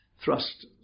thrust